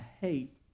hate